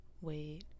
Wait